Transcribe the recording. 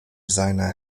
seiner